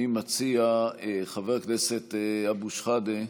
חבר הכנסת אבו שחאדה,